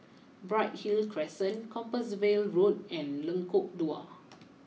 Bright Hill Crescent Compassvale Road and Lengkok Dua